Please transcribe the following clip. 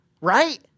right